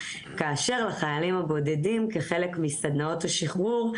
כאשר לחיילים הבודדים כחלק מסדנאות השחרור,